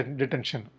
detention